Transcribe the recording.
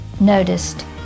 noticed